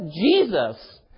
Jesus